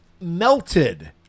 melted